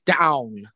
down